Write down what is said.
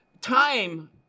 time